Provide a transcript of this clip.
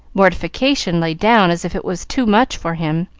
mortification lay down as if it was too much for him,